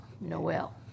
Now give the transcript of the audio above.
Noel